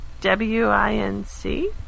W-I-N-C